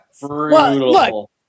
Brutal